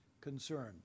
concern